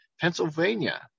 Pennsylvania